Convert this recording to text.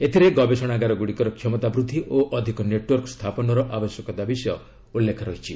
ଏଥିରେ ଗବେଷଣାଗାର ଗୁଡ଼ିକର କ୍ଷମତା ବୃଦ୍ଧି ଓ ଅଧିକ ନେଟୱର୍କ ସ୍ଥାପନର ଆବଶ୍ୟକତା ବିଷୟ ଉଲ୍ଲେଖ ରହିଛି